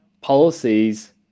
policies